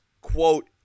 quote